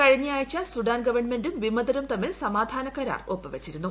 കഴിഞ്ഞയാഴ്ച സുഡാൻ ഗവൺമെന്റും വിമതരും ത്മ്മിൽ സമാധാന കരാർ ഒപ്പുവച്ചിരുന്നു